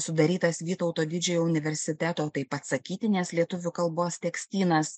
sudarytas vytauto didžiojo universiteto taip pat sakytinės lietuvių kalbos tekstynas